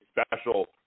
special